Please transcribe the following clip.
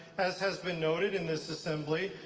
as has been noted in this assembly,